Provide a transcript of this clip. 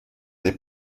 des